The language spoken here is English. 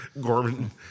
Gorman